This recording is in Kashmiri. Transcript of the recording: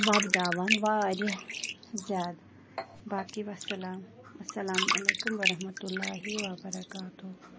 وۄپداوان واریاہ زیادٕ باقی والسلام السلام علیکُم ورَحمتُہ اللہ وبرکاتُہ